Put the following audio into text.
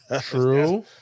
True